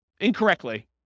incorrectly